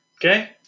Okay